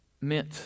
meant